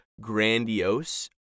grandiose